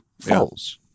false